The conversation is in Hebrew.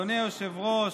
אדוני היושב-ראש,